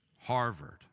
Harvard